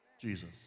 Jesus